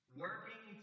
working